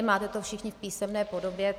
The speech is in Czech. Máte to všichni v písemné podobě.